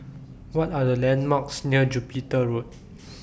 What Are The landmarks near Jupiter Road